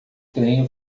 trem